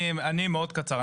אני מאוד קצר.